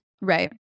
Right